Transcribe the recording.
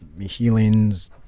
healings